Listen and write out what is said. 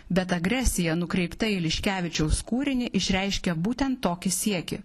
bet agresija nukreipta į liškevičiaus kūrinį išreiškia būtent tokį siekį